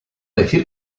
decir